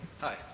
Hi